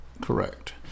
Correct